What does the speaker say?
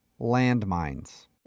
landmines